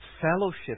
fellowship